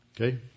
Okay